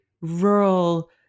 rural